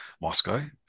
Moscow